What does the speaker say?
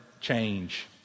change